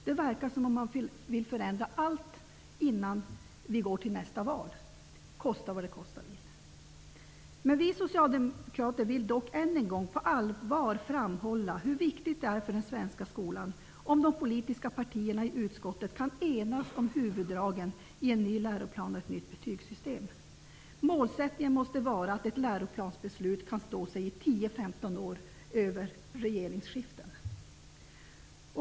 Det verkar som om man vill förändra allt innan vi går till nästa val -- kosta vad det kosta vill! Vi socialdemokrater vill dock än en gång -- på allvar -- framhålla hur viktigt det är för den svenska skolan att de politiska partierna i utskottet kan enas om huvuddragen i en ny läroplan och ett nytt betygssystem. Målsättningen måste vara att ett läroplansbeslut kan stå sig i 10--15 år, över regeringsskiften.